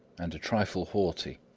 and a trifle haughty.